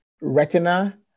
retina